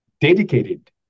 dedicated